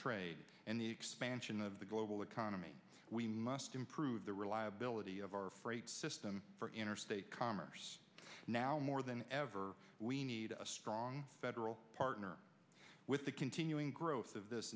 trade and the expansion of the global economy we must improve the reliability of our freight system for interstate commerce now more than ever we need a strong federal partner with the continuing growth of this